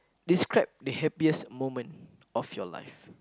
describe the happiest moment of your life